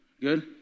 Good